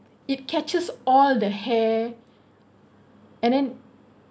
it catches all the hair and then